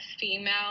female